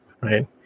right